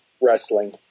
wrestling